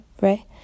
right